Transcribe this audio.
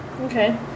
Okay